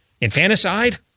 Infanticide